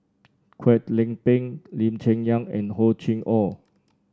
Kwek Leng Beng Lee Cheng Yan and Hor Chim Or